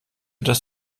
dass